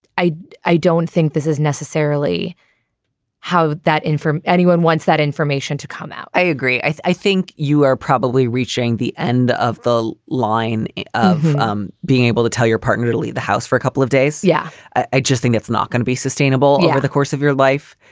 i i don't think this is necessarily how that in for anyone wants that information to come out. i agree i i think you are probably reaching the end of the line of um being able to tell your partner to leave the house for a couple of days yeah. i just think it's not going to be sustainable over the course of your life.